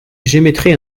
j’émettrai